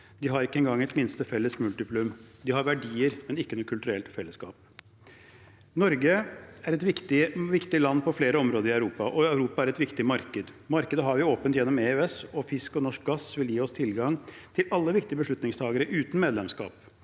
De har ikke engang et minste felles multiplum. De har verdier, men ikke noe kulturelt fellesskap. Norge er et viktig land på flere områder i Europa, og Europa er et viktig marked. Markedet har vi åpnet gjennom EØS, og fisk og norsk gass vil gi oss tilgang til alle viktige beslutningstakere uten medlemskap.